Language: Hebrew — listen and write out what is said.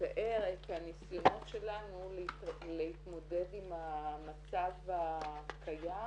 לתאר את הניסיונות שלנו להתמודד עם המצב הקיים